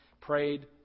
prayed